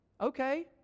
Okay